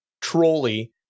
trolley